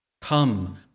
Come